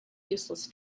useless